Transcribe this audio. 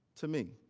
to me.